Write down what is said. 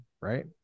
Right